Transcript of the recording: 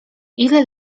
ile